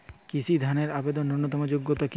কৃষি ধনের আবেদনের ন্যূনতম যোগ্যতা কী?